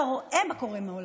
אתה רואה מה קורה בעולם.